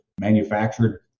manufactured